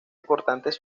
importantes